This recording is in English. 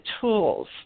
tools